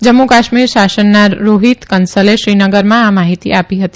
જમ્મુ કાશ્મીર શાસનના રોફીત કંસલે શ્રીનગરમાં આ માહિતી આપી હતી